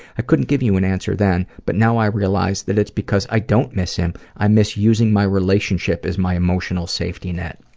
i couldn't give you an answer then, but now i realize that it's because i don't miss him, i miss using my relationship as my emotional safety net.